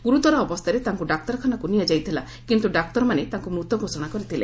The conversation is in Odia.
ଗୁରୁତର ଅବସ୍ଥାରେ ତାଙ୍କୁ ଡାକ୍ତରଖାନାକୁ ନିଆଯାଇଥିଲା କିନ୍ତୁ ଡାକ୍ତରମାନେ ତାଙ୍କୁ ମୂତ ଘୋଷଣା କରିଥିଲେ